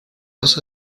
vas